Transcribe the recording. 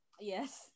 Yes